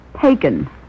taken